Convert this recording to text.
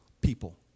people